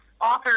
author